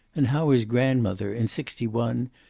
and how his grandmother, in sixty one,